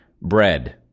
bread